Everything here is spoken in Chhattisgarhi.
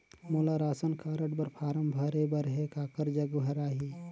मोला राशन कारड बर फारम भरे बर हे काकर जग भराही?